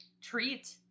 treat